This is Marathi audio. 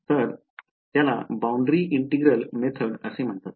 तर त्याला बाउंड्री इंटिग्रल मेथड म्हणतात